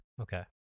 Okay